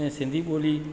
असां जी सिंधी ॿोली